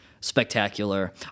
spectacular